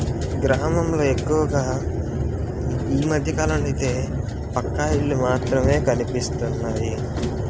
గ్రామంలో ఎక్కువగా ఈ మధ్యకాలంలో అయితే పక్కా ఇళ్ళు మాత్రమే కనిపిస్తున్నాయి